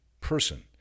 person